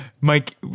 Mike